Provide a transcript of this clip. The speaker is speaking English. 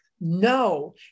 No